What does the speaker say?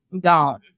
gone